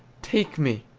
take me!